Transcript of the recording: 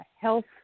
health